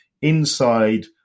inside